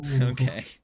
Okay